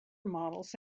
models